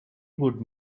would